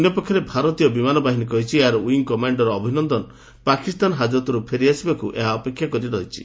ଅନ୍ୟପକ୍ଷରେ ଭାରତୀୟ ବିମାନ ବାହିନୀ କହିଛି ଏହାର ୱିଙ୍ଗ୍ କମାଣର୍ ଅଭିନନ୍ଦନ ପାକିସ୍ତାନ ହାଜତ୍ରୁ ଫେରିଆସିବାକୁ ଏହା ଅପେକ୍ଷା କରିଛି